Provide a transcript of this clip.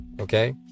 okay